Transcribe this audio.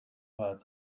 bat